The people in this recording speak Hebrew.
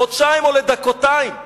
לחודשיים או לדקתיים.